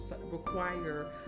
require